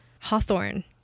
hawthorne